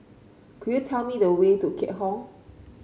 could you tell me the way to Keat Hong